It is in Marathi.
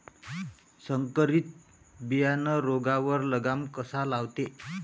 संकरीत बियानं रोगावर लगाम कसा लावते?